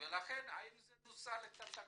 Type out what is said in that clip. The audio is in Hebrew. לכן אני שואל האם נוצל התקציב.